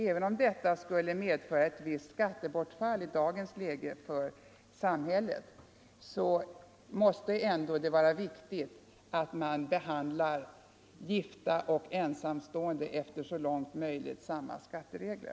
Även om det skulle medföra ett visst skattebortfall i dagens läge måste det ändå vara viktigt att man behandlar gifta och ensamstående efter så långt möjligt samma skatteregler.